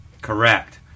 Correct